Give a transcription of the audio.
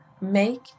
make